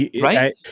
Right